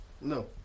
No